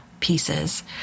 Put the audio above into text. pieces